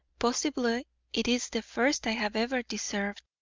possibly it is the first i have ever deserved.